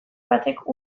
batek